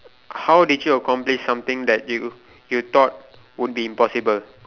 how did you accomplish something that you you thought would be impossible